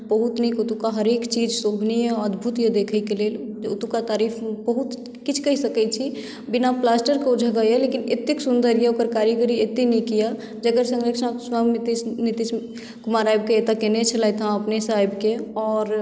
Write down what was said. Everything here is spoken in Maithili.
बहुत नीक ओतुका हरेक चीज शोभनीय अद्भुत यए देखयके लेल तऽ ओतुका तारीफ बहुत किछु कहि सकैत छी बिना प्लास्टरकेँ ओ जगह यए लेकिन एतेक सुन्दर यए ओकर कारीगरी एतेक नीक यए जकर सँरचना नितीश कुमार आबिके एतय कयने छलथि हेँ अपनेसँ आबिकेँ आओर